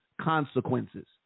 consequences